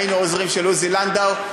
היינו עוזרים של עוזי לנדאו,